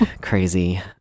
Crazy